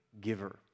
giver